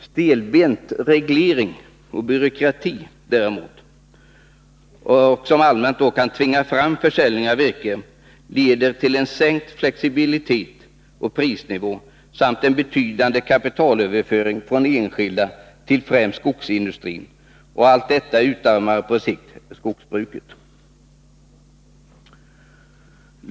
Stelbent reglering och byråkrati däremot, som allmänt kan tvinga fram försäljning av virke, leder till sänkt flexibilitet och prisnivå samt en betydande kapitalöverföring från enskilda till främst skogsindustrin, och allt detta utarmar på sikt skogsbruket.